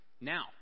now